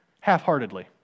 half-heartedly